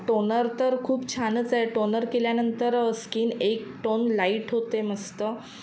ट टोनर तर खूप छानच आहे टोनर केल्यानंतर स्किन एक टोन लाईट होते मस्त